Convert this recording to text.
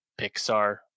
Pixar